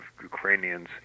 Ukrainians